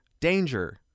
danger